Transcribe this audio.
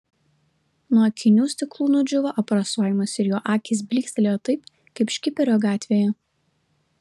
nuo akinių stiklų nudžiūvo aprasojimas ir jo akys blykstelėjo taip kaip škiperio gatvėje